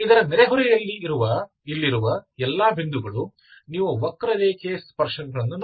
ಇದರ ನೆರೆಹೊರೆಯಲ್ಲಿ ಇಲ್ಲಿರುವ ಎಲ್ಲಾ ಬಿಂದುಗಳು ನೀವು ವಕ್ರರೇಖೆ ಸ್ಪರ್ಶಕಗಳನ್ನು ನೋಡಿ